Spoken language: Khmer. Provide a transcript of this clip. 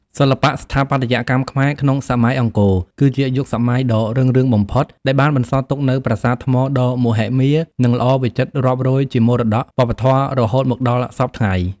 សិល្បៈស្ថាបត្យកម្មខ្មែរក្នុងសម័យអង្គរ គឺជាយុគសម័យដ៏រុងរឿងបំផុតដែលបានបន្សល់ទុកនូវប្រាសាទថ្មដ៏មហិមា និងល្អវិចិត្ររាប់រយជាមរតកវប្បធម៌រហូតមកដល់សព្វថ្ងៃ។